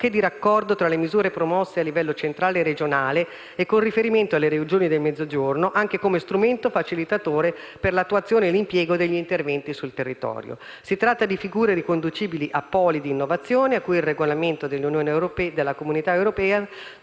nonché di raccordo tra le misure promosse a livello centrale e regionale e, con riferimento alle Regioni del Mezzogiorno, anche come strumento facilitatore per l'attuazione e l'impiego degli interventi sul territorio. Si tratta di figure riconducibili a poli di innovazione di cui al Regolamento UE della Commissione,